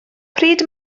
pryd